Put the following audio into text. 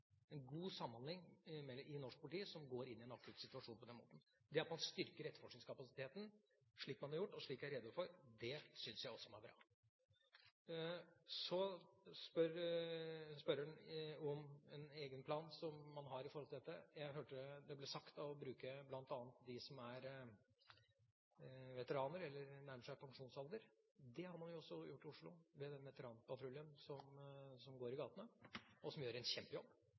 en god samhandling i norsk politi når de går inn i en akutt situasjon på den måten. At man har styrket etterforskningskapasiteten slik man har gjort, og slik jeg redegjorde for, syns jeg også er bra. Så spør representanten om man har en egen plan for dette. Jeg hørte det ble snakket om å bruke dem som er veteraner, eller som nærmer seg pensjonsalder. Det har man gjort i Oslo ved den veteranpatruljen som går i gatene, og som gjør en kjempejobb.